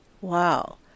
Wow